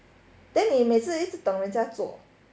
then 你每次一直等人家做